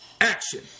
action